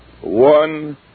One